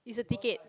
is a ticket